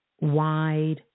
wide